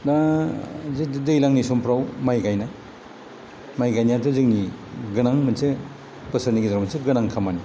दा दैज्लांनि समफोराव माइ गायोना माइ गायनायाथ' जोंनि गोनां मोनसे बोसोरनि गेजेराव मोनसे गोनां खामानि